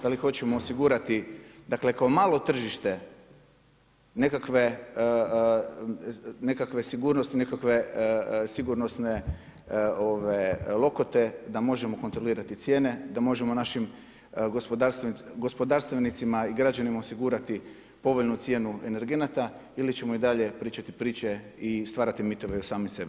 Da li hoćemo osigurati, dakle kao malo tržište nekakve sigurnosti, nekakve sigurnosne lokote, da možemo kontrolirati cijene, da možemo našim gospodarstvenicima i građanima osigurati povoljnu cijenu energenata ili ćemo i dalje pričati priče i stvarati mitove o samom sebi.